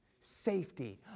Safety